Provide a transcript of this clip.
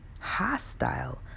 hostile